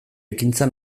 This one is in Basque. ekintza